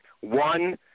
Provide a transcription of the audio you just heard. one